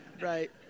Right